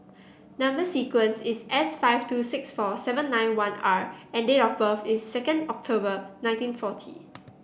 number sequence is S five two six four seven nine one R and date of birth is second October nineteen forty